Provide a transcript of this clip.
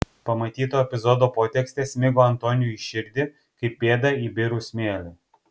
pamatyto epizodo potekstė smigo antoniui į širdį kaip pėda į birų smėlį